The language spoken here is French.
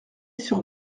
sur